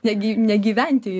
negi negyventi